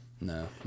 No